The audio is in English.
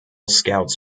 scouts